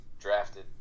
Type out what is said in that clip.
drafted